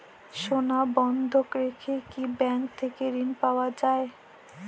সোনা বন্ধক রেখে কি ব্যাংক থেকে ঋণ পাওয়া য়ায়?